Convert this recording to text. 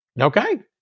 Okay